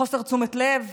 חוסר תשומת לב,